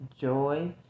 joy